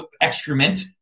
excrement